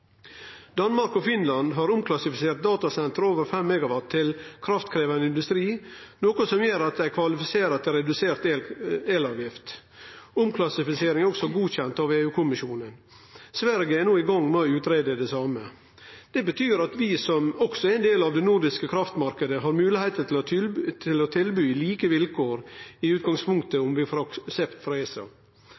Danmark og Finland har omklassifisert datasenter over 5 MW til kraftkrevjande industri, noko som gjer at dei kvalifiserer til redusert elavgift. Omklassifiseringa er også godkjend av EU-kommisjonen. Sverige er no i gang med å greie ut om det same. Det betyr at vi som også er ein del av den nordiske kraftmarknaden, i utgangspunktet har moglegheiter til å tilby like vilkår, om vi får aksept frå ESA.